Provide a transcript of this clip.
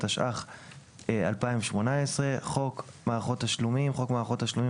התשע"ח 2018; "חוק מערכות תשלומים" חוק מערכות תשלומים,